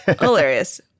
Hilarious